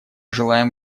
желаем